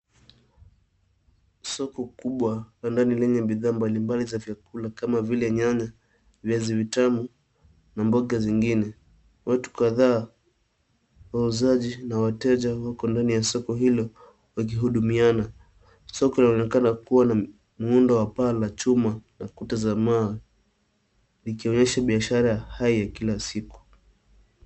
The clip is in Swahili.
Soko kubwa la ndani lenye bidhaa mbalimbali za vyakula kama vile nyanya, viazi vitamu na mboga zingine. Watu kadhaa wauzaji na wateja wako ndani ya soko hilo wakihudumiana. Soko linaonekana kuwa na muundo wa paa la chuma na kuta za mawe likionyesha biashara haya ya kila siku.